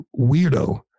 weirdo